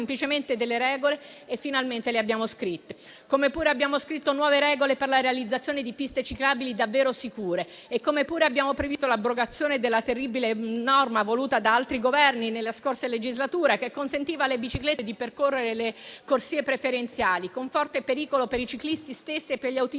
Grazie a tutti